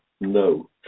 no